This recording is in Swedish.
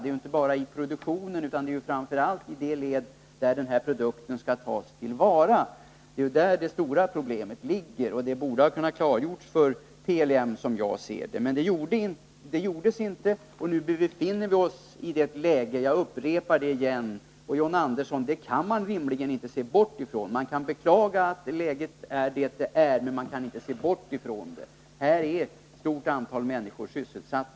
Det är ju inte bara produktionen det gäller, utan det är framför allt i det led där produkten skall tas till vara som de stora problemen ligger. Det borde, som jag ser det, ha kunnat klargöras för PLM. Så skedde inte, och nu befinner vi oss i ett helt annat läge. Det kan man inte, John Andersson, rimligen bortse ifrån — jag upprepar det. Man kan beklaga att det är så men inte bortse ifrån, att här är ett stort antal människor sysselsatta.